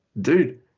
dude